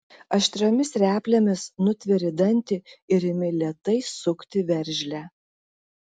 aštriomis replėmis nutveri dantį ir imi lėtai sukti veržlę